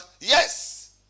Yes